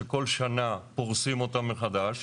שכל שנה פורסים אותן מחדש.